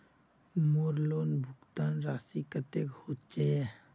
मोर लोन भुगतान राशि कतेक होचए?